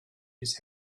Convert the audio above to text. his